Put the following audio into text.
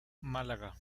málaga